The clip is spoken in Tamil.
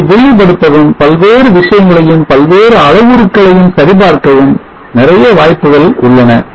இதை விரிவுபடுத்தவும் பல்வேறு விஷயங்களையும் பல்வேறு அளவுருக்களையும் சரிபார்க்கவும் நிறைய வாய்ப்புகள் உள்ளன